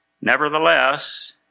Nevertheless